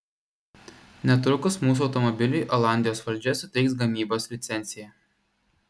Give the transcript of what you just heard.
netrukus mūsų automobiliui olandijos valdžia suteiks gamybos licenciją